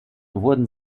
wurden